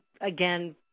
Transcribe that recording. again